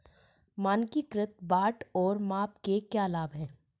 मानकीकृत बाट और माप के क्या लाभ हैं?